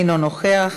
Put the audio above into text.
אינו נוכח,